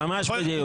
ממש בדיוק.